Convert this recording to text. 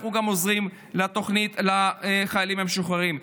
אנחנו גם עוזרים לתוכנית של חיילים משוחררים.